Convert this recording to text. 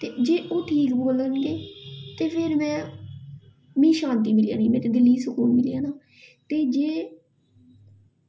ते जे ओह् ठीक बोलन गे ते फिर में मीं शांति मिली जानी मेरे दिल गी सकून मिली जाना ते जे